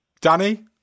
Danny